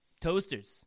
Toasters